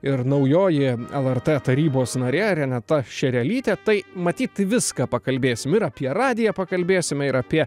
ir naujoji lrt tarybos narė renata šerelytė tai matyt viską pakalbėsim ir apie radiją pakalbėsim ir apie